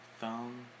thumb